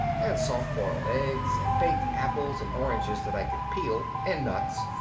and soft boiled eggs, and baked apples, and oranges that i can peel, and nuts.